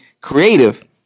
creative